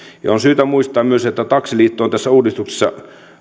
on syytä muistaa myös että taksiliitto on tälle